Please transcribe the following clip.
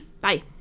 Bye